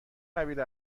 قبیل